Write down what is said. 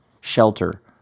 shelter